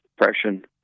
Depression